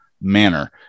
manner